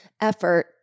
effort